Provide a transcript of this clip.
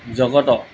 জগতক